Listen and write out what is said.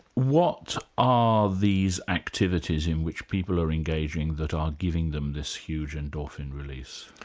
what are these activities in which people are engaging that are giving them this huge endorphin release?